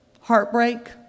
heartbreak